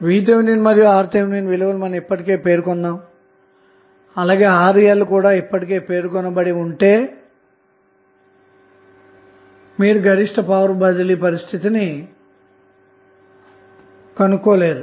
VTh మరియు RTh విలువలు ఇప్పటికే పేర్కొనబడి ఉన్నాయి అలాగే RL కూడా ఇప్పటికే పేర్కొనబడి ఉంటే గనక మీరు గరిష్ట పవర్ బదిలీ పరిస్థితిని కనుగొనలేరు